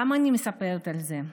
למה אני מספרת על זה?